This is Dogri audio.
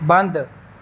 बंद